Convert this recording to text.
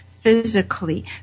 physically